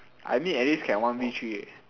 I mid at least can one V three eh